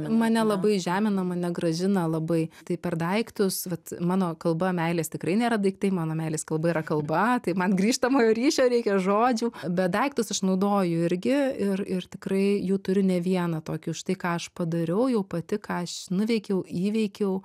mane labai įžemina mane grąžina labai tai per daiktus vat mano kalba meilės tikrai nėra daiktai mano meilės kalba yra kalba tai man grįžtamojo ryšio reikia žodžių bet daiktus aš naudoju irgi ir ir tikrai jų turiu ne vieną tokį už tai ką aš padariau jau pati ką aš nuveikiau įveikiau